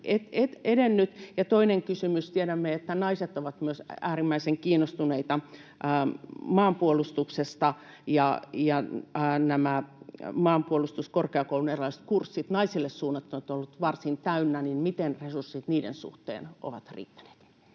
että myös naiset ovat äärimmäisen kiinnostuneita maanpuolustuksesta ja nämä Maanpuolustuskorkeakoulun erilaiset kurssit naisille suunnattuina ovat olleet varsin täynnä, niin miten resurssit niiden suhteen ovat riittäneet?